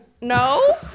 No